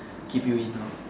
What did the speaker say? keep you in orh